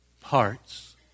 parts